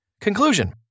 Conclusion